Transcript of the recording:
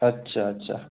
अच्छा अच्छा